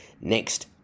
Next